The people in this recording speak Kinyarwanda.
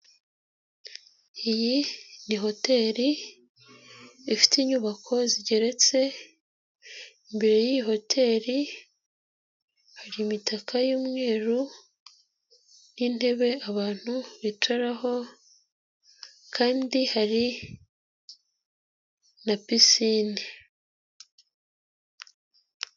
Iyi ni hoteri ifite inyubako zigeretse, imbere y'iyi hoteri hari imitaka y'umweru n'intebe abantu bicaraho kandi hari na pisine.